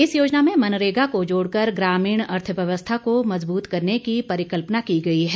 इस योजना में मनरेगा को जोड़कर ग्रामीण अर्थव्यवस्था को मजबूत करने की परिकल्पना की गई है